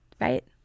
right